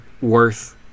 worth